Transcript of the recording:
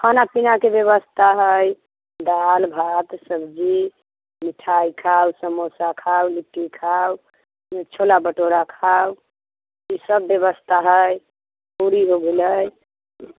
खाना पीनाके व्यवस्था हइ दालि भात सब्जी मिठाइ खाउ समोसा खाउ लिट्टी खाउ छोला भटूरा खाउ ई सभ व्यवस्था हइ पूरी भऽ गेलै